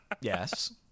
Yes